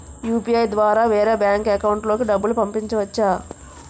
UPI ద్వారా వేరే bank account లోకి డబ్బులు పంపించవచ్చా?